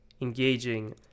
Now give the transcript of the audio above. engaging